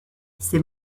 ces